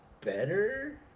better